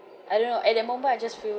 I don't know at that moment I just feel